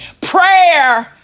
Prayer